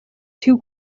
two